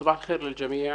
סבח אל ח'יר, אלג'מיע.